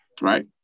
right